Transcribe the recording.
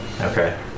Okay